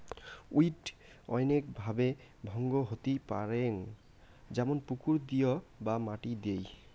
weed অনৈক ভাবে ভঙ্গ হতি পারং যেমন পুকুর দিয় বা মাটি দিয়